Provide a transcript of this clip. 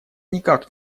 никак